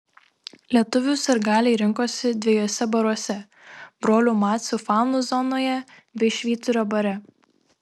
lietuvių sirgaliai rinkosi dviejuose baruose brolių macių fanų zonoje bei švyturio bare